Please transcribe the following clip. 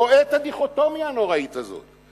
רואה את הדיכוטומיה הנוראית הזאת.